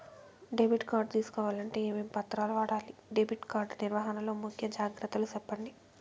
Debit card తీసుకోవాలంటే ఏమేమి పత్రాలు కావాలి? డెబిట్ కార్డు నిర్వహణ లో ముఖ్య జాగ్రత్తలు సెప్పండి?